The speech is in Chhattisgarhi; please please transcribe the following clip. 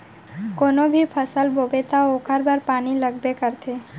कोनो भी फसल बोबे त ओखर बर पानी लगबे करथे